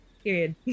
Period